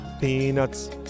Peanuts